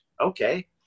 Okay